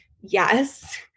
Yes